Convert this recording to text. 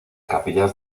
capillas